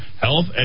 health